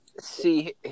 see